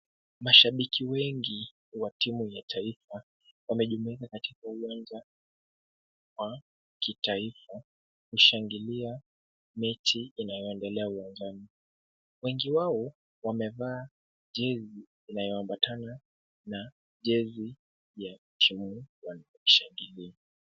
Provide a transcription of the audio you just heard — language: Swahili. Mashabiki wengi wa timu ya taifa wamejumuika katika uwanja wa kitaifa, kushangilia mechi inayoendelea uwanjani. Wengi wao wamevaa jezi inayoambatana na jezi ya timu wanayoshangilia.